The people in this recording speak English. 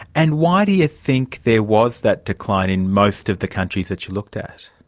and why do you think there was that decline in most of the countries that you looked at?